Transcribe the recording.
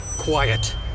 Quiet